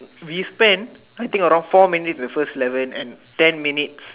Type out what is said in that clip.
we spent I think around four minutes the first eleven and ten minutes